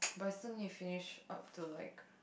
person you finish up to like